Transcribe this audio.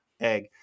egg